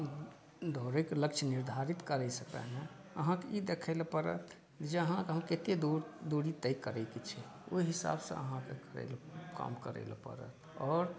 दौड़ैके लक्ष्य निर्धारित करै से पहिने अहाँकेँ ई देखै लए पड़त जे अहाँके कते दुरी तय करऽकेँ छै ओहि हिसाबसँ अहाँ देखबै काम करै ला पड़त आओर